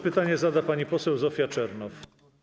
Pytanie zada pani poseł Zofia Czernow.